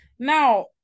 Now